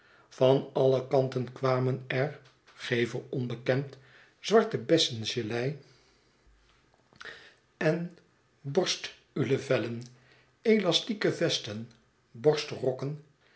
van alie kanten kwamen er gever onbekend zwarte bessengelei en borstulevellen elastique vesten